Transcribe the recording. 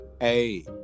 hey